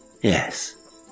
Yes